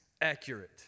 accurate